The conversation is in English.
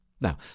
Now